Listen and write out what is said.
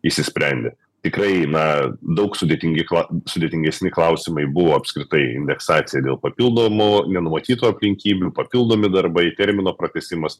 įsisprendę tikrai na daug sudėtingi kla sudėtingesni klausimai buvo apskritai indeksacija dėl papildomų nenumatytų aplinkybių papildomi darbai termino pratęsimas